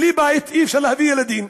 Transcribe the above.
בלי בית אי-אפשר להביא ילדים,